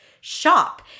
shop